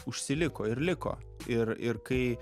užsiliko ir liko ir ir kai